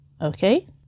Okay